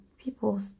people